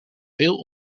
veel